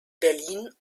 berlin